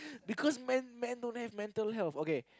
because men men men don't have mental health okay